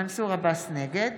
נגד